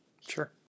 Sure